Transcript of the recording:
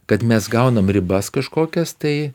kad mes gaunam ribas kažkokias tai